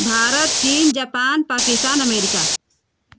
भारत चीन Japan Pakistan America